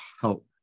help